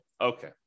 Okay